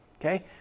Okay